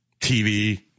TV